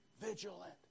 vigilant